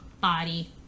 body